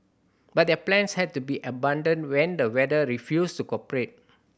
but their plans had to be abandoned when the weather refused to cooperate